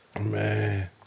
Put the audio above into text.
Man